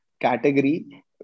category